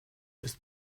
ist